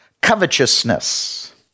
covetousness